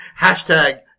hashtag